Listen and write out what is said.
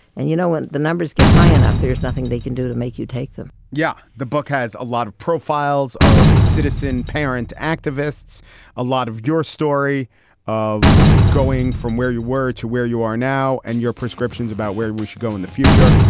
and, you know, when the numbers get high enough, there's nothing they can do to make you take them yeah. the book has a lot of profiles of citizen parent activists a lot of your story of going from where you were to where you are now and your prescriptions about where we should go in the future.